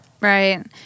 Right